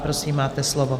Prosím, máte slovo.